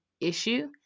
issue